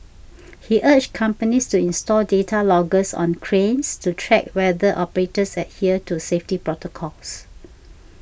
he urged companies to install data loggers on cranes to track whether operators adhere to safety protocols